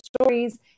stories